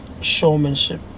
showmanship